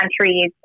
countries